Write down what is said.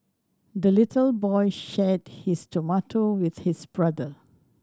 the little boy shared his tomato with his brother